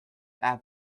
add